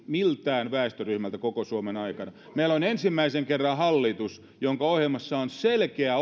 miltään väestöryhmältä koko suomen aikana meillä on ensimmäisen kerran hallitus jonka ohjelmassa on selkeä